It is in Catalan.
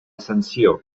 sanció